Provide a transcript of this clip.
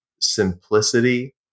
simplicity